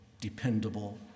dependable